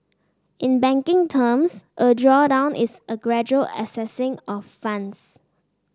in banking terms a drawdown is a gradual accessing of funds